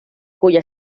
cuya